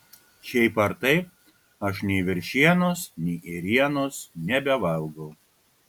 šiaip ar taip aš nei veršienos nei ėrienos nebevalgau